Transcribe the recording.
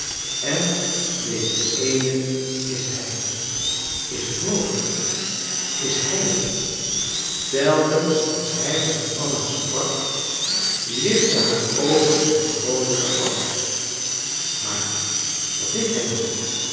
en deze ééne is hij is het mogelijk is hij het telkens als hij met anna sprak lichtten haar oogen in vroolijken glans maar wat deed hij dan